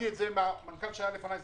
ב-2015,